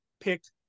picked